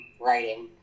writing